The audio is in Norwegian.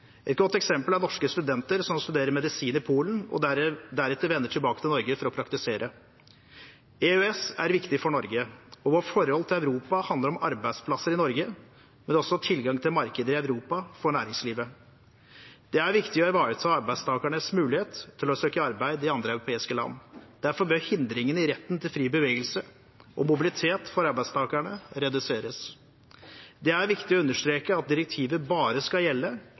Et godt eksempel er norske studenter som studerer medisin i Polen, og deretter vender tilbake til Norge for å praktisere. EØS er viktig for Norge, og vårt forhold til Europa handler om arbeidsplasser i Norge, men også om tilgangen til markedet i Europa for næringslivet. Det er viktig å ivareta arbeidstakernes mulighet til å søke arbeid i andre europeiske land, derfor bør hindringene i retten til fri bevegelse og mobilitet for arbeidstakerne reduseres. Det er viktig å understreke at direktivet bare skal gjelde